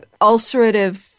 ulcerative